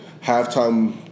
halftime